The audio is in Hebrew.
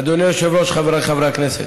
אדוני היושב-ראש, חבריי חברי הכנסת,